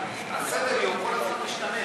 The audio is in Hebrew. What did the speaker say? סדר-היום כל היום משתנה.